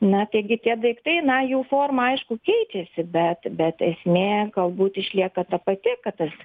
na taigi tie daiktai na jų forma aišku keitėsi bet bet esmė galbūt išlieka ta pati kad tas